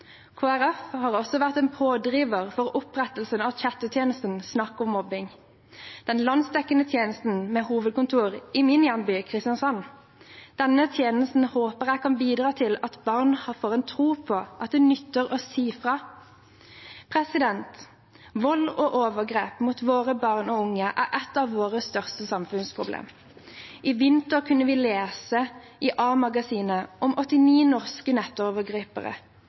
Folkeparti har også vært en pådriver for opprettelsen av chatte-tjenesten Snakk om mobbing, en landsdekkende tjeneste med hovedkontor i min hjemby, Kristiansand. Denne tjenesten håper jeg kan bidra til at barn får tro på at det nytter å si fra. Vold og overgrep mot våre barn og unge er et av våre største samfunnsproblem. I vinter kunne vi lese i A-magasinet om 89 norske nettovergripere.